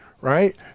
right